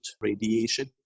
radiation